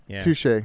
Touche